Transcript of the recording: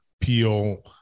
Peel